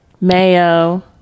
mayo